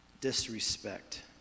disrespect